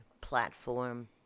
platform